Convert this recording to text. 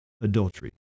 adultery